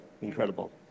incredible